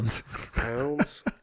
Pounds